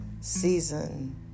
season